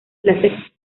las